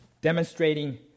Demonstrating